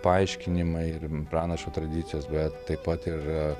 paaiškinimai ir pranašo tradicijos bet taip pat ir